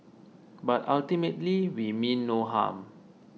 but ultimately we mean no harm